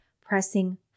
pressing